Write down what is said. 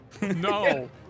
No